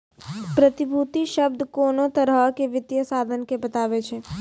प्रतिभूति शब्द कोनो तरहो के वित्तीय साधन के बताबै छै